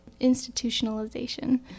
institutionalization